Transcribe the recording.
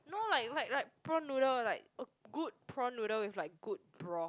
no like like like prawn noodle like a good prawn noodle with like good broth